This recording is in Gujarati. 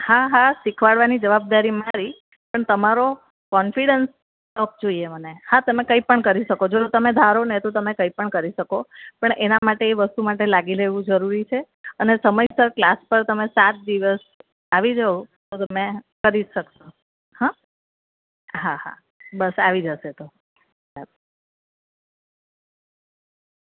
હા હા શીખવાડવાની જવાબદારી મારી પણ તમારો કોન્ફિડન્સ અપ જોઈએ મને હા તમે કંઈ પણ કરી શકો તમે ધારોને તો તમે કંઈ પણ કરી શકો પણ એના માટે એ વસ્તુ માટે લાગી રહેવું જરૂરી છે અને સમયસર ક્લાસ પર તમે સાત દિવસ આવી જાઉં તો તમે કરી શકશો હા હા બસ આવી જશે તો